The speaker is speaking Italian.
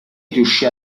riuscì